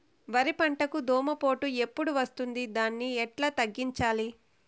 వరి పంటకు దోమపోటు ఎప్పుడు వస్తుంది దాన్ని ఎట్లా తగ్గించాలి?